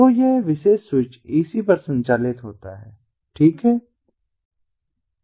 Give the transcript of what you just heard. तो यह विशेष स्विच AC पर संचालित होता है ठीक है